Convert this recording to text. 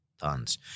Tons